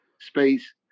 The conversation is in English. space